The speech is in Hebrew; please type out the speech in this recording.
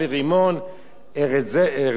ארץ זֵית שמן ודבש,